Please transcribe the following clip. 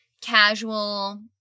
casual